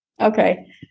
Okay